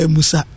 Musa